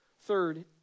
Third